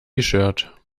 shirt